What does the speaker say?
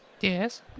Yes